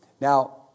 Now